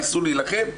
ניסו להילחם,